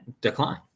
decline